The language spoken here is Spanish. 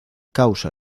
causa